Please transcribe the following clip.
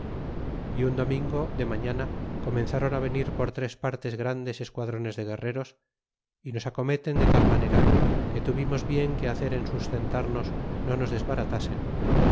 y un domingo de mañana comenzron venir por tres partes grandes esquadrones de guerreros y nos acometen de tal manera que tuvimos bien que hacer en sustentarnos no nos desbaratasen